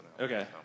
Okay